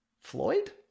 Floyd